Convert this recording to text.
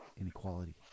inequality